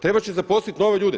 Trebati će zaposliti nove ljude.